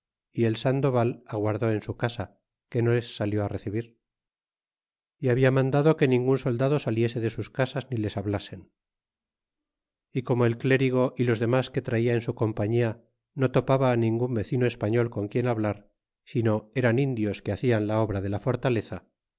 y el sandoval aguardó en su casa que no les salió recibir y habla mandado que ningun soldado saliese de sus casas ni les hablasen y como el clérigo y los demas que traia en su compañia no topaba ningun vecino español con quien hablar sino eran indios que hacian la obra de la fortaleza